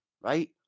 right